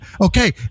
Okay